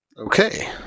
Okay